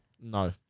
No